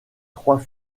trois